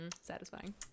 satisfying